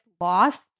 lost